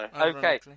Okay